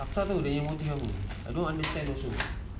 pasal tu yang motives itu I don't understand also